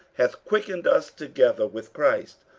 hath quickened us together with christ,